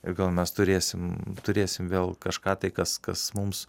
ir gal mes turėsim turėsim vėl kažką tai kas kas mums